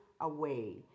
away